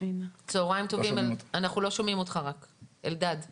עד שהעניין עם אלדד יסתדר,